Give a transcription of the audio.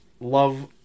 love